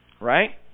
Right